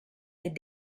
des